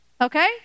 Okay